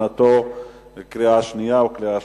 להכנתה לקריאה שנייה וקריאה שלישית.